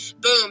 Boom